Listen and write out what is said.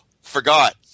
Forgot